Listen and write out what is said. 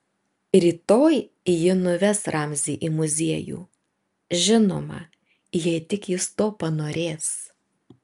rytoj ji nuves ramzį į muziejų žinoma jei tik jis to panorės